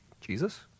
Jesus